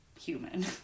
human